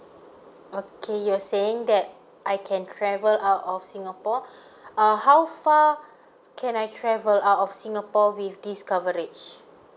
okay you're saying that I can travel out of singapore err how far can I travel out of singapore with this coverage